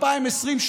2020,